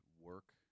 work